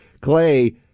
Clay